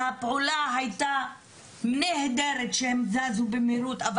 והפעולה היתה נהדרת, שהם זזו במהירות.